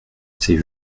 c’est